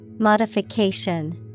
Modification